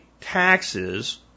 taxes